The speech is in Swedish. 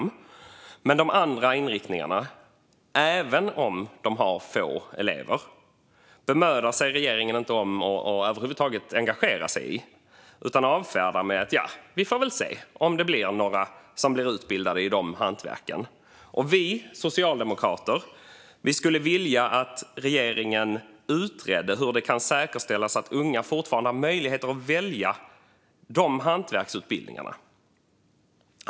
Men när det gäller de andra inriktningarna, som visserligen har få elever, bemödar sig regeringen inte om att över huvud taget engagera sig. I stället avfärdar man det hela med att säga: Ja, vi får väl se om det blir några som blir utbildade i de hantverken. Vi socialdemokrater skulle vilja att regeringen utredde hur det kan säkerställas att unga fortfarande har möjlighet att välja dessa hantverksutbildningar.